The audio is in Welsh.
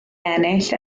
ennill